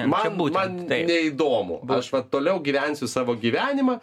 man man neįdomu aš vat toliau gyvensiu savo gyvenimą